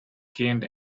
gained